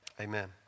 Amen